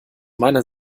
meiner